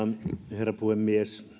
herra puhemies